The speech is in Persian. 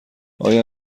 آیا